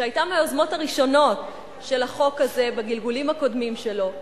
שהיתה מהיוזמות הראשונות של החוק הזה בגלגולים הקודמים שלו,